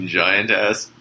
giant-ass